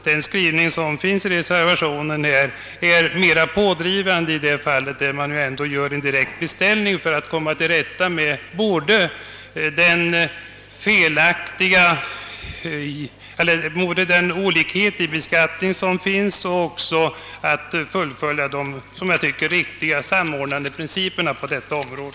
Den skrivning som finns i reservationen är mera pådrivande, och en direkt beställning för att komma till rätta med olikheten i beskattningen och åstadkomma en samordning på detta område.